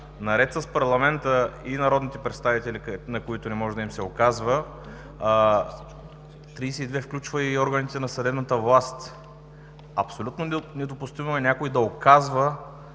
наред с парламента и народните представители, на които не може да им се указва, чл. 32 включва и органите на съдебната власт. Абсолютно недопустимо е някой да указва